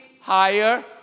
higher